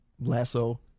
lasso